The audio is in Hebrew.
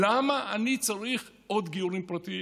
למה אני צריך עוד גיורים פרטיים?